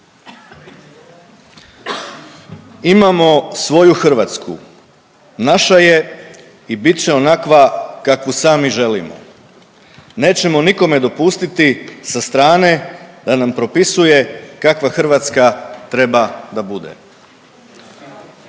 Imamo svoju Hrvatsku, naša je i bit će onakva kakvu sami želimo, nećemo nikome dopustiti sa strane da nam propisuje kakva Hrvatska treba da bude.